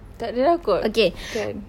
tak ada lah kot can